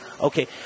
okay